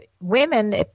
women